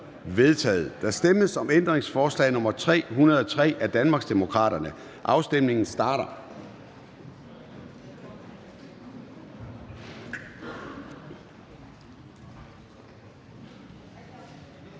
Der stemmes om ændringsforslag nr. 305 af Danmarksdemokraterne. Afstemningen starter.